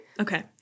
Okay